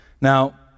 now